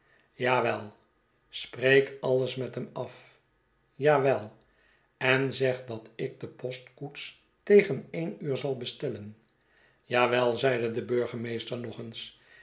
wel spreek alles met hem af ja wel en zeg dat ik de postkoets tegen een uur zal bestellen jawel zeide de burgemeester nog eens